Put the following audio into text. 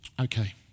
Okay